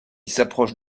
s’approche